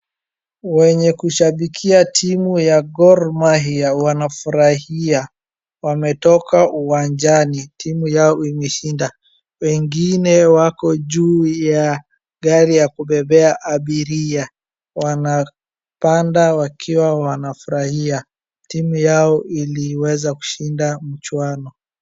Wenye kushabikia timu ya Gor Mahia wanafurahia. Wametoka uwanjani timu yao imeshinda. Wengine wako juu ya gari ya kubebea abiria. Wanapanda wakiwa wanafurahia. Timu yao iliweza kushinda mchwano.